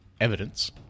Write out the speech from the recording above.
evidence